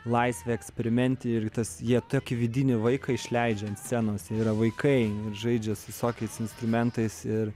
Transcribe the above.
laisvė eksperimente ir tas jie tokį vidinį vaiką išleidžia ant scenos jie yra vaikai žaidžia su visokiais instrumentais ir